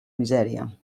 misèria